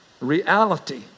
Reality